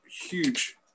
huge